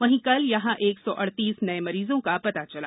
वहीं कल यहां एक सौ अड़तीस नये मरीजों का पता चला